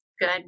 Good